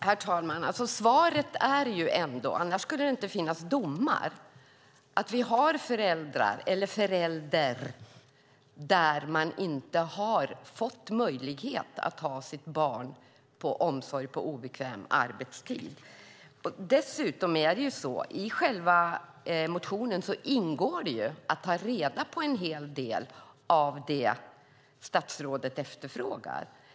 Herr talman! Svaret är ändå - annars skulle det inte finnas domar - att det finns föräldrar som inte har fått möjlighet att ha sitt barn i omsorg på obekväm arbetstid. Dessutom ingår det i själva motionen att ta reda på en hel del av det statsrådet efterfrågar.